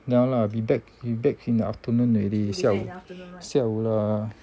ya lah be back be back in the afternoon already 下午下午了